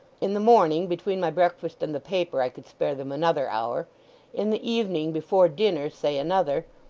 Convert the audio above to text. in the morning, between my breakfast and the paper, i could spare them another hour in the evening before dinner say another.